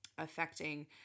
Affecting